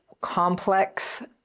complex